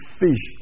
fish